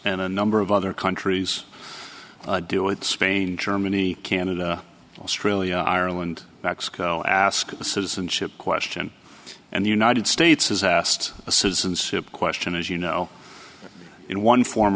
and a number of other countries do it spain germany canada australia ireland mexico asked the citizenship question and the united states is asked a citizenship question as you know in one form